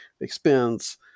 expense